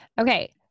Okay